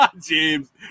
james